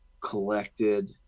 collected